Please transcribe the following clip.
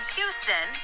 Houston